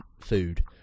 food